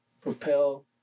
propel